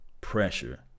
pressure